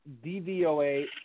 DVOA